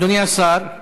אדוני השר,